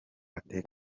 ate